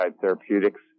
therapeutics